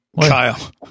Kyle